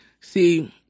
See